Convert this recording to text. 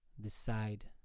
decide